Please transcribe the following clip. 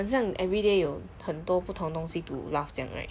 很像 everyday 有很多不同东西 to laugh 这样 right